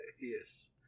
Yes